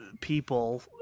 people